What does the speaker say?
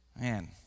Man